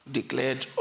declared